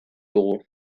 dugu